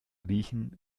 riechen